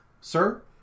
sir